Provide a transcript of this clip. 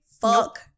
Fuck